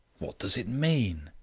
what does it mean?